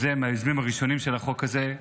מהיוזמים הראשונים של החוק הזה,